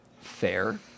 Fair